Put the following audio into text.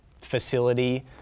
facility